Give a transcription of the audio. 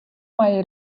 має